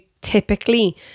typically